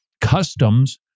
customs